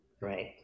Right